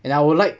and I would like